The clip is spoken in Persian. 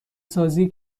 سازی